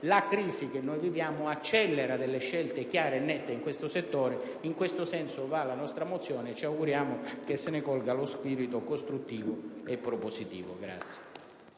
La crisi che noi viviamo accelera scelte chiare e nette in questo settore. In tal senso va la nostra mozione e ci auguriamo che se ne colga lo spirito costruttivo e propositivo.